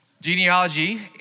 Genealogy